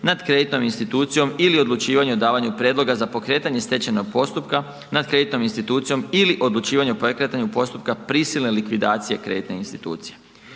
nad kreditnom institucijom ili odlučivanje o davanju prijedloga za pokretanje stečajnog postupka nad kreditnom institucijom ili odlučivanje o pokretanju postupka prisilne likvidacije kreditne institucije.